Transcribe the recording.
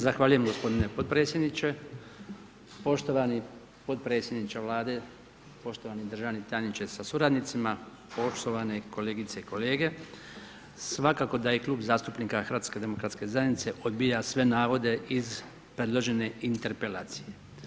Zahvaljujem gospodine podpredsjedniče, poštovani podpredsjedniče Vlade, poštovani državni tajniče sa suradnicima, poštovane kolegice i kolege svakako da je Klub zastupnika HDZ-a obija sve navode iz predložene Interpelacije.